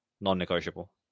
Non-negotiable